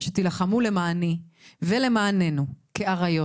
שתלחמו למעני ולמעננו כאריות,